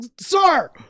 sir